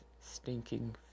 stinking